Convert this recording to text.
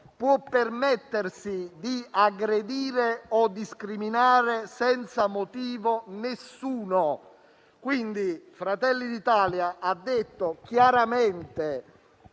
può permettersi di aggredire o discriminare senza motivo qualcuno. Fratelli d'Italia ha detto chiaramente